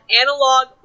analog